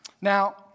Now